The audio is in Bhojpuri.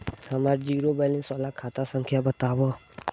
हमार जीरो बैलेस वाला खाता संख्या वतावा?